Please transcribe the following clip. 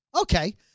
Okay